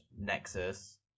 Nexus